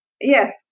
yes